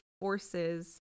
forces